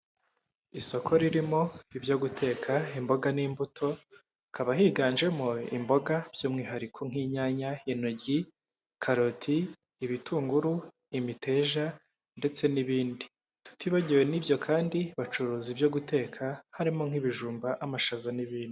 Isoko ririmo ibyo guteka imboga n'imbuto, hakaba higanjemo imboga by'umwihariko nk'inyanya, intoryi, karoti, ibitunguru, imiteja ndetse n'ibindi. Tutibagiwe n'ibyo kandi bacuruza ibyo guteka harimo nk'ibijumba amashaza n'ibindi.